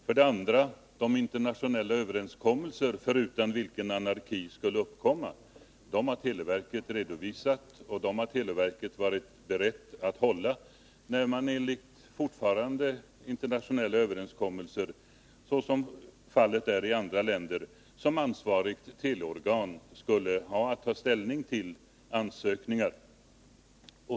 För det andra: De internationella överenskommelser förutan vilka anarki skulle uppkomma har televerket redovisat och varit berett att hålla, när televerketfortfarande enligt internationella överenskommelser — som fallet är i andra länder som ansvarigt teleorgan skulle ha att ta ställning till ansökningar.